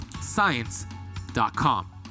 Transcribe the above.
science.com